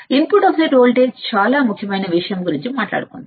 input offset voltage చాలా ముఖ్యమైన విషయం గురించి మాట్లాడుకుందాం